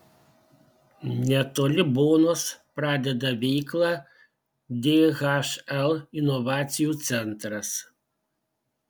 netoli bonos pradeda veiklą dhl inovacijų centras